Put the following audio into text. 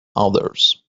authors